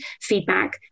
feedback